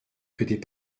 quelques